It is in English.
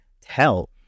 tell